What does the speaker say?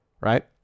right